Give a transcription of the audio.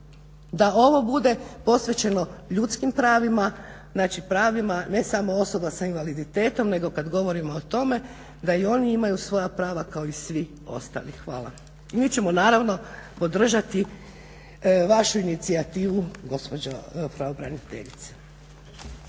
da ovo bude posvećeno ljudskim pravima, znači pravima ne samo osoba sa invaliditetom nego kad govorimo o tome da i oni imaju svoja prava kao i svi ostali. Hvala. Mi ćemo naravno podržati vašu inicijativu gospođo pravobraniteljice.